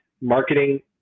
marketing